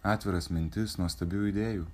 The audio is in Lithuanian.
atviras mintis nuostabių idėjų